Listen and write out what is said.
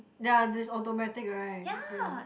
ya is automatic right ya